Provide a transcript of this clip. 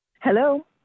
Hello